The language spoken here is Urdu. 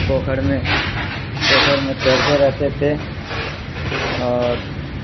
پوکھر میں پوکھر میں تیرتے رہتے تھے اور